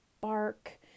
bark